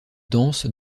dense